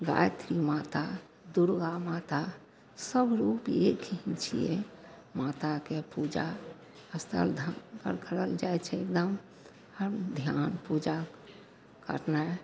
रातिके माता दुरगा माता सबरूप एक ही छिए माताके पूजा अस्थल धामपर करल जाइ छै एगदम सब धिआन पूजा अपना